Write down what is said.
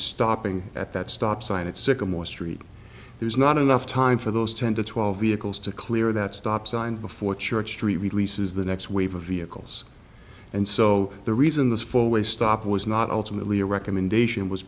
stopping at that stop sign at sycamore street there's not enough time for those ten to twelve vehicles to clear that stop sign before church street releases the next wave of vehicles and so the reason this four way stop was not ultimately a recommendation was